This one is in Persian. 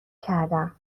کردم